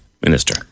Minister